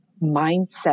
mindset